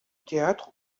théâtre